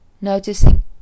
noticing